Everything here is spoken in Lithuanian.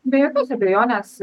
be jokios abejonės